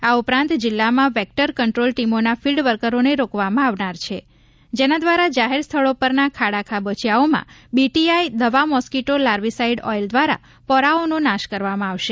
આ ઉપરાંત જિલ્લામાં વેકટર કંટ્રોલ ટીમોના ફીલ્ડ વર્કરોને રોકવામાં આવનાર છે જેના દ્વારા જાહેર સ્થળો પરના ખાડા ખાબોચીયાઓમાં બીટીઆઈ દવામોસ્કીટો લાર્વીસાઇડ ઓઇલ દ્વારા પોરાઓનો નાશ કરવામાં આવશે